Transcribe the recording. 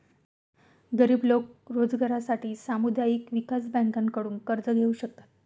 गरीब लोक रोजगारासाठी सामुदायिक विकास बँकांकडून कर्ज घेऊ शकतात